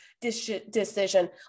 decision